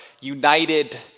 united